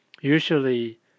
usually